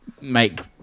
make